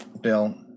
Bill